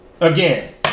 again